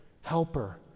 helper